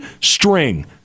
string